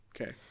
Okay